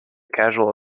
causal